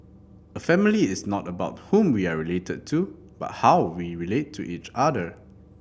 a family is not about whom we are related to but how we relate to each other